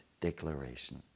declaration